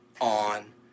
on